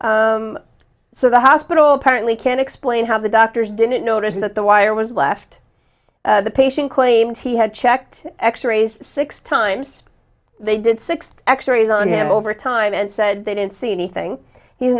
so the hospital apparently can explain how the doctors didn't notice that the wire was left the patient claimed he had checked x rays six times they did six x rays on him over time and said they didn't see anything he's